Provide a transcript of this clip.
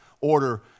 order